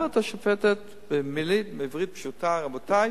אומרת השופטת במלים בעברית פשוטה: רבותי,